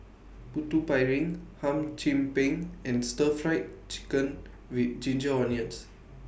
Putu Piring Hum Chim Peng and Stir Fry Chicken with Ginger Onions